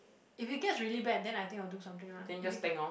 if it gets really bad then I think I will doing something lah if it get